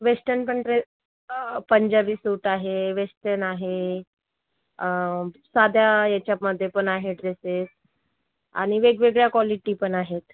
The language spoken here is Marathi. वेस्टन पण ड्रेस पंजाबी सूट आहे वेस्टर्न आहे साद्या याच्यामध्ये पण आहे ड्रेसस आणि वेगवेगळ्या कॉलिटी पण आहेत